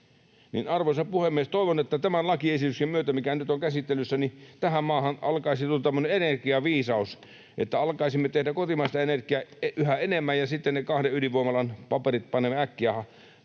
Arvoisa puhemies! Toivon, että tämän lakiesityksen myötä, mikä nyt on käsittelyssä, tähän maahan alkaisi tulla tämmöinen energiaviisaus, että alkaisimme tehdä kotimaista energiaa yhä enemmän ja sitten ne kahden ydinvoimalan paperit panemme äkkiä vetämään,